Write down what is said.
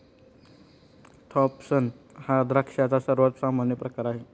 Thompson हा द्राक्षांचा सर्वात सामान्य प्रकार आहे